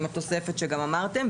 עם התוספת שגם אמרתם,